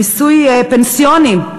מיסוי פנסיוני,